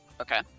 okay